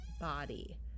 body